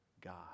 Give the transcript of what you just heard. God